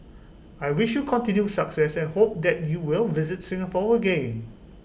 I wish you continued success and hope that you will visit Singapore again